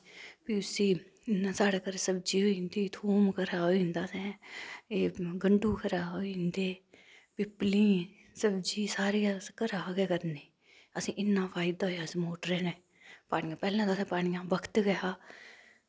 फ्ही उस्सी इ'यां साढ़े घर सब्जी होई जंदी थूंम घरा होई जंदा असैं एह् गंड्डू घरा होई जंदे पिपलीं सब्जी सारी अस घरा गै करने असें इन्ना फायदा होया इस मोटरे नै पानिया पैह्लैं ते असें पानियां दा बगत गै हा